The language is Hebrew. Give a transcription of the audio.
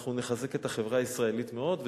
אנחנו נחזק את החברה הישראלית מאוד.